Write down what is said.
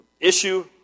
issue